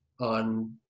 on